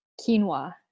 quinoa